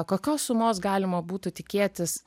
kokios sumos galima būtų tikėtis